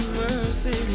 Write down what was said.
mercy